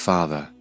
Father